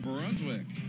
Brunswick